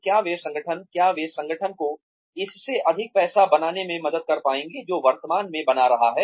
क्या वे संगठन क्या वे संगठन को इससे अधिक पैसा बनाने में मदद कर पाएंगे जो वर्तमान में बना रहा है